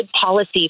policy